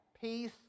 peace